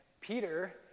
Peter